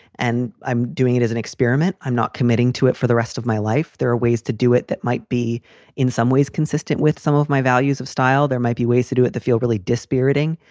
and i'm doing it as an experiment. i'm not committing to it for the rest of my life. there are ways to do it. that might be in some ways consistent with some of my values of style. there might be ways to do it that feel really dispiriting.